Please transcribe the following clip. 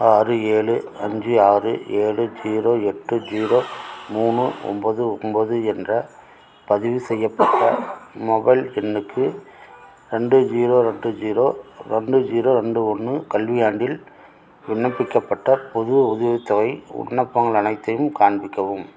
ஆறு ஏழு அஞ்சு ஆறு ஏழு ஜீரோ எட்டு ஜீரோ மூணு ஒம்பது ஒம்பது என்ற பதிவுசெய்யப்பட்ட மொபைல் எண்ணுக்கு ரெண்டு ஜீரோ ரெண்டு ஜீரோ ரெண்டு ஜீரோ ரெண்டு ஒன்று கல்வியாண்டில் விண்ணப்பிக்கப்பட்ட புது உதவித்தொகை விண்ணப்பங்கள் அனைத்தையும் காண்பிக்கவும்